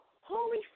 Holy